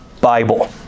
Bible